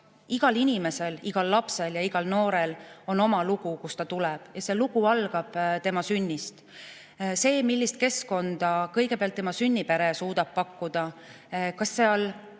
Igal inimesel, igal lapsel ja igal noorel on oma lugu, kust ta tuleb, ja see lugu algab tema sünnist. See, millist keskkonda kõigepealt tema sünnipere suudab pakkuda, kas seal